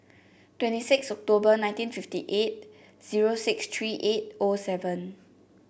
twenty six October nineteen fifty eight zero six three eight O seven